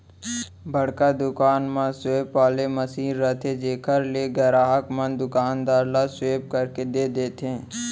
बड़का दुकान म स्वेप वाले मसीन रथे जेकर ले गराहक मन दुकानदार ल स्वेप करके दे देथे